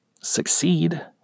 succeed